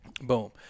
Boom